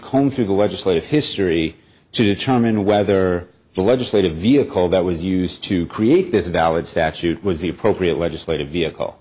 comb through the legislative history to determine whether the legislative vehicle that was used to create this valid statute was the appropriate legislative vehicle